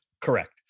Correct